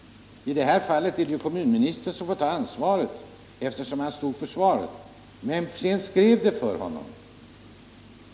I det här fallet är det kommunministern som får ta ansvaret, eftersom han stod för svaret. Men vem skrev det åt honom?